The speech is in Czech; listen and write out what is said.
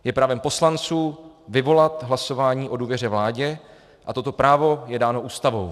Je právem poslanců vyvolat hlasování o důvěře vládě a toto právo je dáno Ústavou.